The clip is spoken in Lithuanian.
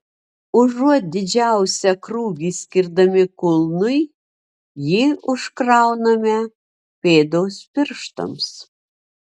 užuot didžiausią krūvį skirdami kulnui jį užkrauname pėdos pirštams